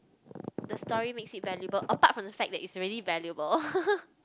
the story makes it valuable apart from the fact that it's already valuable